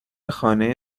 خانه